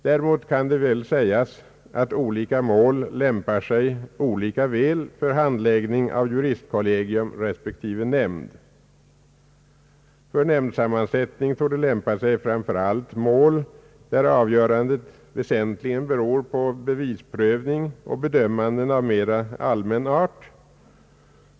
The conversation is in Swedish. Däremot kan det väl sägas att olika mål lämpar sig olika väl för handläggning av juristkollegium respektive nämnd. För nämndsammansättning torde lämpa sig framför allt mål där avgörandet väsentligen beror på bevisprövning och bedömanden av mera allmän art.